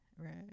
Right